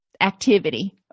activity